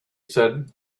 said